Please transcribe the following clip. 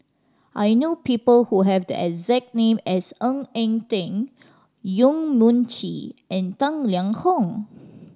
I know people who have the exact name as Ng Eng Teng Yong Mun Chee and Tang Liang Hong